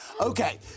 Okay